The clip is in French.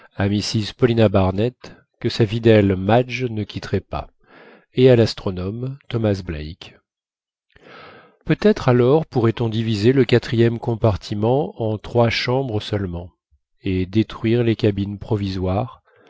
mrs paulina barnett que sa fidèle madge ne quitterait pas et à l'astronome thomas black peut-être alors pourrait-on diviser le quatrième compartiment en trois chambres seulement et détruire les cabines provisoires